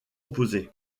opposé